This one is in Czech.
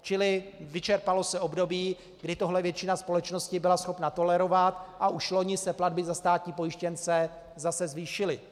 Čili vyčerpalo se období, kdy tohle většina společnosti byla schopna tolerovat, a už loni se platby za státní pojištěnce zase zvýšily.